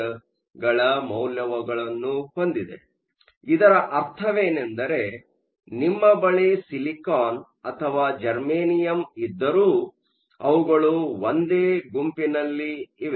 ಆದ್ದರಿಂದ ಇದರ ಅರ್ಥವೇನೆಂದರೆ ನಿಮ್ಮ ಬಳಿ ಸಿಲಿಕಾನ್ ಅಥವಾ ಜರ್ಮೇನಿಯಂ ಇದ್ದರೂ ಅವುಗಳು ಒಂದೇ ಗುಂಪಿನಲ್ಲಿವೆ